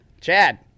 Chad